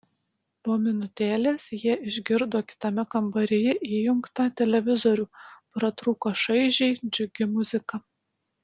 po minutėlės jie išgirdo kitame kambaryje įjungtą televizorių pratrūko šaižiai džiugi muzika